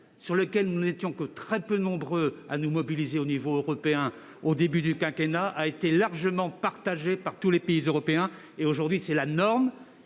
sur lequel nous n'étions que très peu nombreux à nous mobiliser au niveau européen au début du quinquennat, a finalement été largement partagé par tous les pays européens. Aujourd'hui, c'est la norme